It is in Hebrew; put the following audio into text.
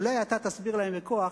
אולי אתה תסביר להם בכוח.